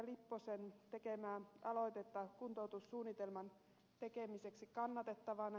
lipposen tekemää aloitetta kuntoutussuunnitelman tekemiseksi kannatettavana